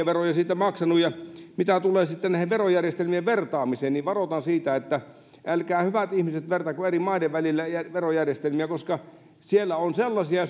veroja siitä jo maksanut ja mitä tulee sitten näiden verojärjestelmien vertaamiseen niin varoitan siitä älkää hyvät ihmiset vertailko eri maiden välillä verojärjestelmiä koska siellä on sellaisia